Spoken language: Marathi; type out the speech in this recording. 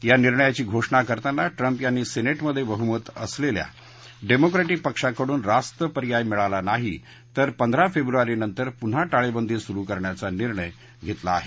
या निर्णयाची घोषणा करताना ट्रम्प यांनी सिनेटमध्ये बहुमत असलेल्या डेमोर्क्रिक पक्षाकडून रास्त पर्याय मिळाला नाही तर पंधरा फेब्रुवारीनंतर पुन्हा टाळेबंदी सुरु करण्याचा निर्णय घेतला आहे